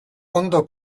ondo